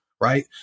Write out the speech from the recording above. right